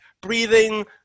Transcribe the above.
breathing